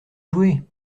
jouer